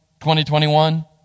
2021